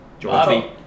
Bobby